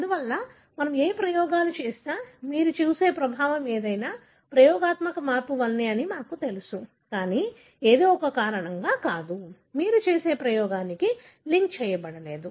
అందువల్ల మనము ఏ ప్రయోగాలు చేసినా మీరు చూసే ప్రభావం ఏదైనా ప్రయోగాత్మక మార్పు వల్లనే అని మాకు తెలుసు కానీ ఏదో ఒక కారణంగా కాదు మీరు చేసే ప్రయోగానికి లింక్ చేయబడలేదు